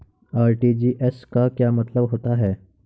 RTGS का क्या मतलब होता है?